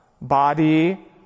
body